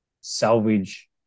salvage